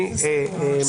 ושוב,